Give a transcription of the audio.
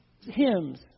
hymns